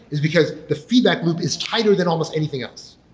is because the feedback loop is tighter than almost anything else.